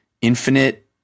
Infinite